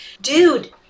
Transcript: dude